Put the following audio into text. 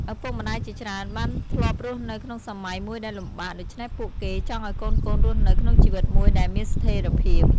ឪពុកម្ដាយជាច្រើនបានធ្លាប់រស់នៅក្នុងសម័យមួយដែលលំបាក ដូច្នេះពួកគេចង់ឱ្យកូនៗរស់នៅក្នុងជីវិតមួយដែលមានស្ថេរភាព។